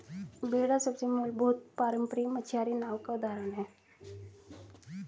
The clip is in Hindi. बेड़ा सबसे मूलभूत पारम्परिक मछियारी नाव का उदाहरण है